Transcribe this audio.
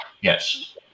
Yes